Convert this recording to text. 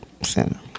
Center